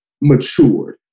matured